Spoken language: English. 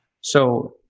So-